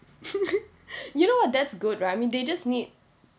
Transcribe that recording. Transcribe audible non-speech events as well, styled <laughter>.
<laughs> you know what that's good right they just need